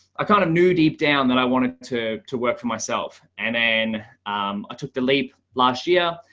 i kind of knew deep down that i wanted to to work for myself. and then um i took the leap last year.